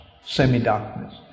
semi-darkness